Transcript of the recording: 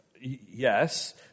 Yes